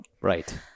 Right